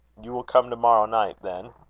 you will come to-morrow night, then?